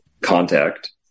contact